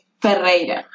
Ferreira